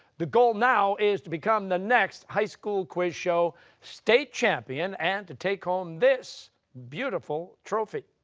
the goal now is to become the next high school quiz show state champion and to take home this beautiful trophy.